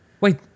Wait